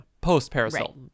Post-parasol